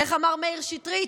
איך אמר מאיר שטרית?